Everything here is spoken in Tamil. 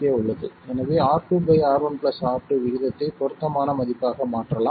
எனவே R2 R1 R2 விகிதத்தை பொருத்தமான மதிப்பாக மாற்றலாம்